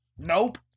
nope